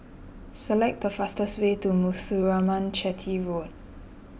select the fastest way to Muthuraman Chetty Road